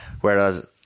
whereas